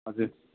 हजुर